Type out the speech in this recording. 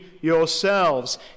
yourselves